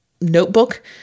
notebook